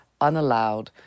unallowed